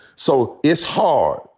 so it's hard.